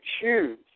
choose